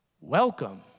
Welcome